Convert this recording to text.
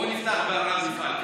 בוא נפתח בערד מפעל כזה,